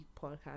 podcast